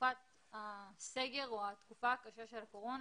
לתקופת הסגר או לתקופה הקשה של הקורונה